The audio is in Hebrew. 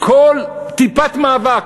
כל טיפת מאבק,